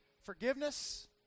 forgiveness